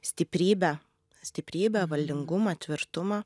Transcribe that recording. stiprybę stiprybę valdingumą tvirtumą